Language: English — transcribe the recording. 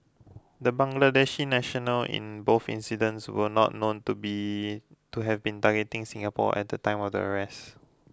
the Bangladeshi national in both incidents were not known to be to have been targeting Singapore at the time of their arrest